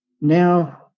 now